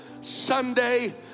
Sunday